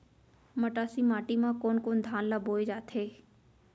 मटासी माटी मा कोन कोन धान ला बोये जाथे?